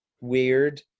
weird